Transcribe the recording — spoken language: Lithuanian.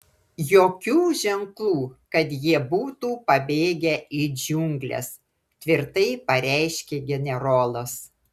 jokių ženklų kad jie būtų pabėgę į džiungles tvirtai pareiškė generolas